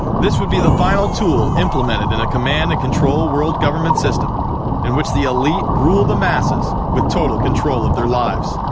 this would be the final tool implemented in a command-and-control world government system in which the elite rule the masses with total control of their lives.